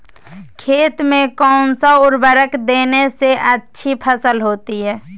खेत में कौन सा उर्वरक देने से अच्छी फसल होती है?